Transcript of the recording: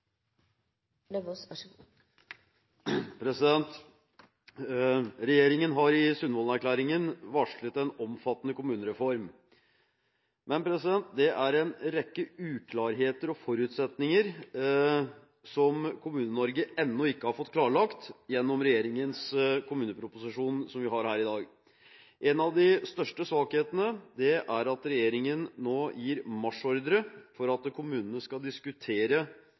en rekke uklarheter og forutsetninger som Kommune-Norge ennå ikke har fått klarlagt gjennom regjeringens kommuneproposisjon, som vi behandler her i dag. En av de største svakhetene er at regjeringen nå gir marsjordre til at kommunene skal diskutere